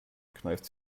kneift